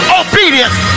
obedience